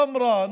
טמרה,